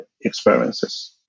experiences